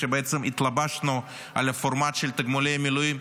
ובעצם התלבשנו על הפורמט של תגמולי המילואים,